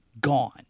gone